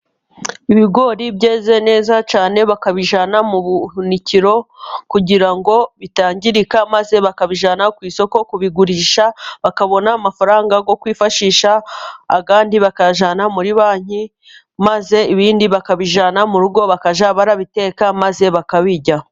Ibigori byeze neza cyane, bakabijyana mu buhunikiro kugira ngo bitangirika, maze bakabijyana ku isoko kubigurisha, bakabona amafaranga yo kwifashisha, ayandi bakayajyana muri banki. Maze ibindi bakabijyana mu rugo bakajya babiteka maze bakabirya.